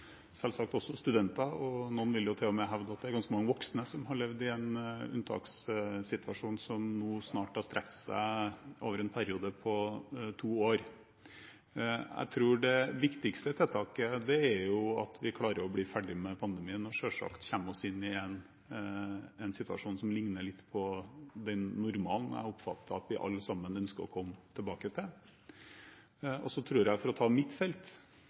selvsagt også studenter. Noen vil til og med hevde at det er ganske mange voksne som har levd i en unntakssituasjon, som nå snart har strukket seg over en periode på to år. Jeg tror det viktigste tiltaket er at vi klarer å bli ferdig med pandemien og kommer oss inn i en situasjon som ligner litt på den normalen jeg oppfatter at vi alle sammen ønsker å komme tilbake til. For å ta mitt felt, som jeg kan svare på vegne av: Innspillet, eller forslaget, om å